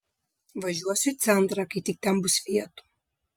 važiuosiu į centrą kai tik ten bus vietų